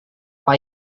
pak